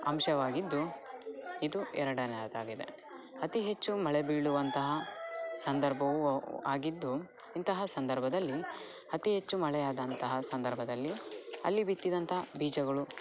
ಅಂಶವಾಗಿದ್ದು ಇದು ಎರಡನೆಯದಾಗಿದೆ ಅತೀ ಹೆಚ್ಚು ಮಳೆ ಬೀಳುವಂತಹ ಸಂದರ್ಭವು ಆಗಿದ್ದು ಇಂತಹ ಸಂದರ್ಭದಲ್ಲಿ ಅತೀ ಹೆಚ್ಚು ಮಳೆ ಆದಂತಹ ಸಂದರ್ಭದಲ್ಲಿ ಅಲ್ಲಿ ಬಿತ್ತಿದಂತಹ ಬೀಜಗಳು